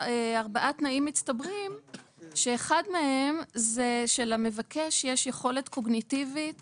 ארבעה תנאים מצטברים שאחד מהם זה שלמבקש יש יכולת קוגניטיבית